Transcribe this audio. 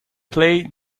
play